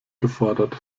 gefordert